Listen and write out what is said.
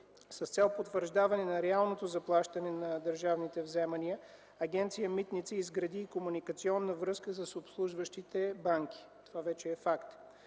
С цел потвърждаване на реалното заплащане на държавните вземания Агенция „Митници” изгради комуникационна връзка с обслужващите банки – това вече е факт.